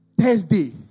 Thursday